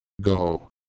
Go